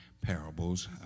parables